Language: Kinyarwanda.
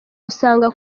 usanga